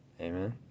Amen